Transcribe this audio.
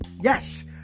Yes